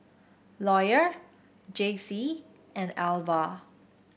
Lawyer Jaycie and Alvah